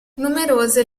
numerose